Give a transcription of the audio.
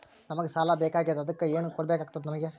ನಮಗ ಸಾಲ ಬೇಕಾಗ್ಯದ ಅದಕ್ಕ ಏನು ಕೊಡಬೇಕಾಗ್ತದ ನಿಮಗೆ?